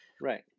Right